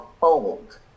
fold